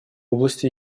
области